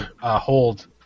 hold